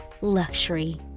Luxury